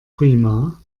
prima